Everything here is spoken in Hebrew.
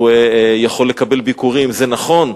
הוא יכול לקבל ביקורים, זה נכון.